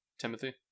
timothy